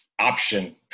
option